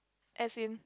as in